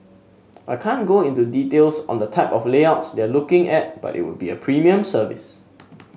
I can't go into details on the type of layouts they're looking at but it would be a premium service